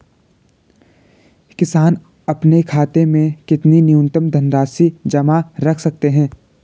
किसान अपने खाते में कितनी न्यूनतम धनराशि जमा रख सकते हैं?